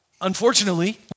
unfortunately